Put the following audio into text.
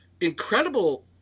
incredible